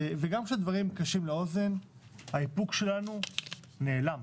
וגם כשהדברים קשים לאוזן, האיפוק שלנו נעלם.